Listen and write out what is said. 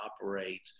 operate